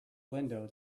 window